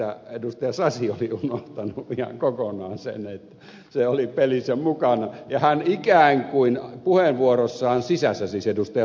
sasi oli unohtanut ihan kokonaan sen että se oli pelissä mukana ja hän ikään kuin puheenvuoronsa sisässä siis ed